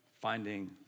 finding